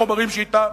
מהחומרים שאתם